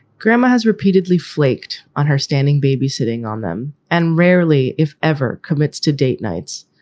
grandma has repeatedly flaked on her standing baby sitting on them and rarely, if ever, commits to date nights,